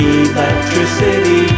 electricity